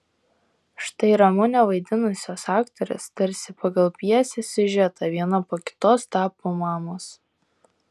štai ramunę vaidinusios aktorės tarsi pagal pjesės siužetą viena po kitos tapo mamos